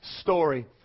story